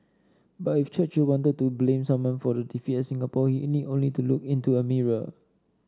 but if Churchill wanted to blame someone for the defeat at Singapore he need only to look into a mirror